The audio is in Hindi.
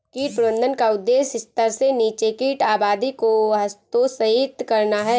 कीट प्रबंधन का उद्देश्य स्तर से नीचे कीट आबादी को हतोत्साहित करना है